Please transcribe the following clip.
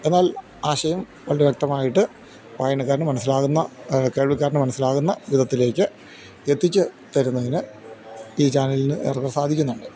എന്നാൽ ആശയം വളരെ വ്യക്തമായിട്ട് വായനക്കാരന് മനസ്സിലാകുന്ന കേൾവിക്കാരന് മനസ്സിലാകുന്ന വിധത്തിലേക്ക് എത്തിച്ച് തരുന്നതിന് ഈ ചാനലിന് ഏറെക്കുറേ സാധിക്കുന്നുണ്ട്